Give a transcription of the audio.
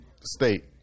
state